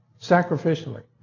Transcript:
sacrificially